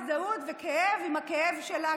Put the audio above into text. הזדהות וכאב עם הכאב שלה,